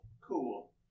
Cool